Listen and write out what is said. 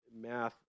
math